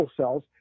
cells